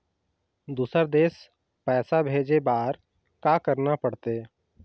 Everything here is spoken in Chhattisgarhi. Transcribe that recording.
दुसर देश पैसा भेजे बार का करना पड़ते?